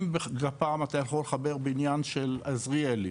עם גפ"מ אתה יכול לחבר בניין של עזריאלי,